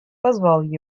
позвал